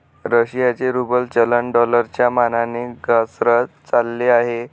रशियाचे रूबल चलन डॉलरच्या मानाने घसरत चालले आहे